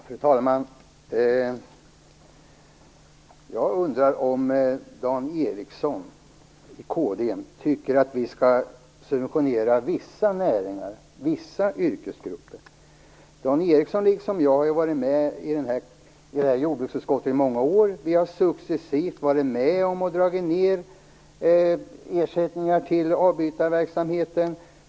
Fru talman! Jag undrar om Dan Ericsson och Kristdemokraterna tycker att vi skall subventionera vissa näringar och yrkesgrupper. Dan Ericsson liksom jag har varit med i jordbruksutskottet i många år. Vi har successivt minskat ersättningarna till avbytarverksamheten.